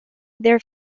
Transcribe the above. their